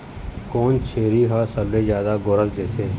कोन छेरी हर सबले जादा गोरस देथे?